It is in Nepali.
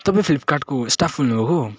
तपाईँ फ्लिपकार्टको स्टाफ बोल्नु भएको